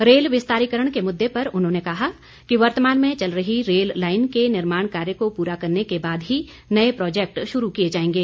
rail विस्तारीकरण के मुद्दे पर उन्होंने कहा कि वर्तमान में चल रही रेल लाईन के निर्माण कार्य को पूरा करने के बाद ही नए प्रोजेक्ट शुरू किए जाएंगे